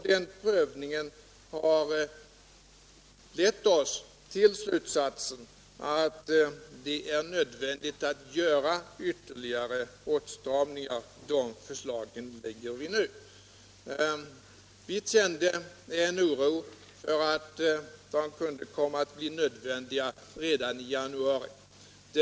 Den prövningen har lett oss till slutsatsen att det är nödvändigt att göra ytterligare åtstramningar. De förslagen lägger vi nu. Vi kände en oro för att det kunde komma att bli nödvändigt redan i januari.